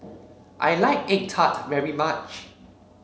I like egg tart very much